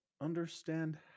understand